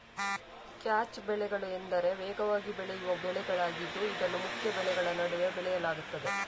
catch ಬೆಳೆಗಳು ಎಂದರೆ ವೇಗವಾಗಿ ಬೆಳೆಯುವ ಬೆಳೆಗಳಾಗಿದ್ದು ಇದನ್ನು ಮುಖ್ಯ ಬೆಳೆಗಳ ನಡುವೆ ಬೆಳೆಯಲಾಗುತ್ತದೆ